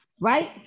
right